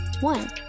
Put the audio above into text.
One